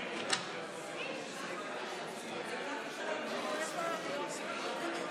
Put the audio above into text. כבוד היושבת-ראש.